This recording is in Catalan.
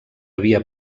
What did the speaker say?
havia